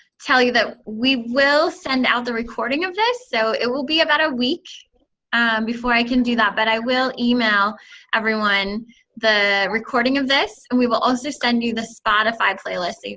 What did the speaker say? tell you that we will send out the recording of this. so it will be about a week and before i can do that, but i will email everyone the recording of this. and we will also send you the spotify playlist.